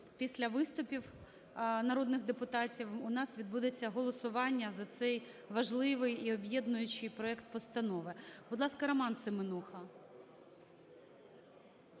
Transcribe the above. після виступів народних депутатів у нас відбудеться голосування за цей важливий і об'єднуючий проект постанови. Будь ласка, Роман Семенуха.